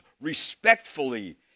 respectfully